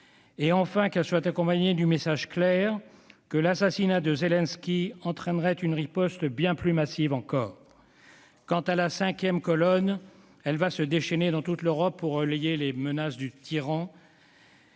enfin qu'elles soient accompagnées du message clair selon lequel l'assassinat de Zelensky entraînerait une riposte bien plus massive encore. Quant à la cinquième colonne, elle va se déchaîner dans toute l'Europe pour relayer les menaces du tyran